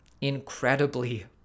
incredibly